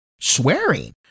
swearing